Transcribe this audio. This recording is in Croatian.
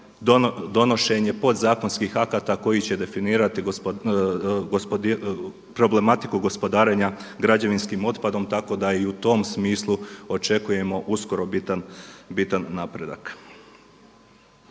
donošenja podzakonskih akata koji će definirati problematiku gospodarenja građevinskim otpadom tako da i u tom smislu očekujemo uskoro bitan napredak.